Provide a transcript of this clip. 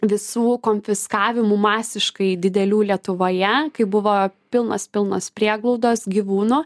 visų konfiskavimų masiškai didelių lietuvoje kai buvo pilnas pilnas prieglaudos gyvūnų